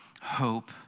hope